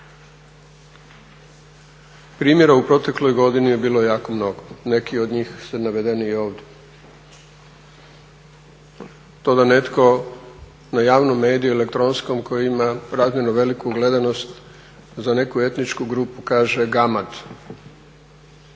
Primjera u protekloj godini je bilo jako mnogo, neki od njih su navedeni i ovdje. To da netko na javnom mediju, elektronskom, koji ima razmjerno veliku gledanost za neku etničku grupu kaže gamad